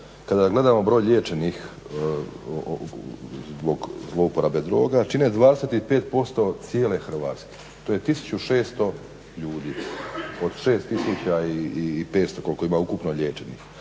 kada gledamo broj liječenih zbog zlouporabe droga, čine 25% cijele Hrvatske, to je 1600 ljudi od 6500 koliko ima ukupno liječenih,